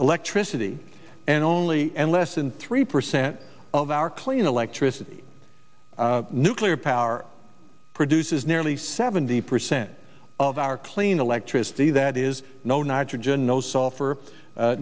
electricity and only and less than three percent of our clean electricity nuclear power produces nearly seventy percent of our clean electricity that is no nitrogen no sulfur